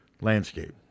landscape